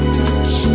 touch